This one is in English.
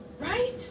right